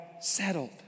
settled